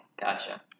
Gotcha